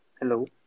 Hello